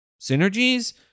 synergies